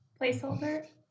placeholder